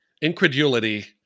incredulity